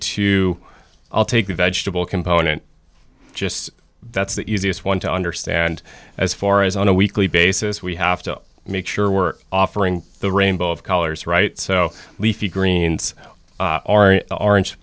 to i'll take the vegetable component just that's the easiest one to understand as far as on a weekly basis we have to make sure we're offering the rainbow of colors right so leafy greens